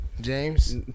James